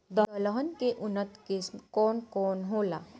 दलहन के उन्नत किस्म कौन कौनहोला?